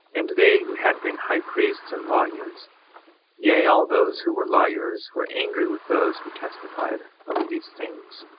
and they who had been high priests and lawyers yea, all those who were lawyers were angry with those who testified of these things.